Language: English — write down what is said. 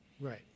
Right